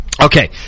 Okay